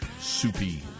Soupy